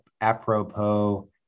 apropos